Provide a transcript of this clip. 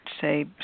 say